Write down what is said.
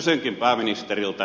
kysynkin pääministeriltä